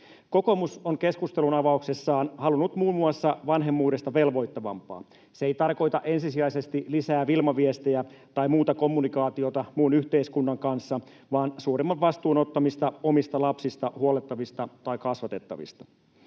Kokoomus on keskustelunavauksessaan halunnut muun muassa vanhemmuudesta velvoittavampaa. Se ei tarkoita ensisijaisesti lisää Wilma-viestejä tai muuta kommunikaatiota muun yhteiskunnan kanssa, vaan suuremman vastuun ottamista omista lapsista, huollettavista tai kasvatettavista.